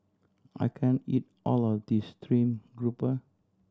I can't eat all of this stream grouper